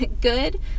Good